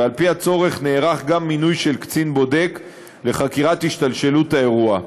ועל-פי הצורך נערך גם מינוי של קצין בודק לחקירת השתלשלות האירוע.